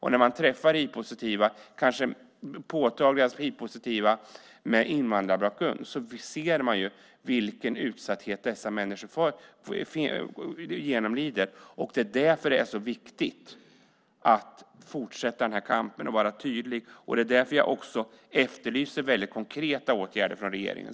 När man träffar hivpositiva, kanske särskilt hivpositiva med invandrarbakgrund, ser man vilken utsatthet dessa människor genomlider. Det är därför det är så viktigt att fortsätta kampen och att vara tydlig. Det är också därför jag efterlyser väldigt konkreta åtgärder från regeringen.